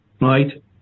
right